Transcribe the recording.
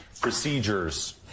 procedures